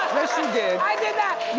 did. i did not!